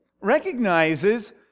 recognizes